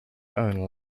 own